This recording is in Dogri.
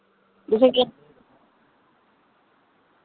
तुसें के